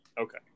Okay